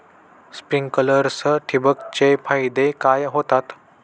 Sprinklers ठिबक चे फायदे काय होतात?